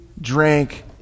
drank